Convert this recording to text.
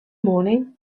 morning